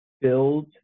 build